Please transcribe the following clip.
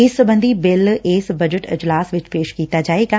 ਇਸ ਸਬੰਧੀ ਬਿੱਲ ਇਸ ਬਜਟ ਇਜਲਾਸ ਵਿਚ ਪੇਸ਼ ਕੀਤਾ ਜਾਵੇਗਾ